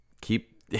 keep